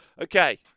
Okay